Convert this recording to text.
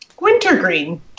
Wintergreen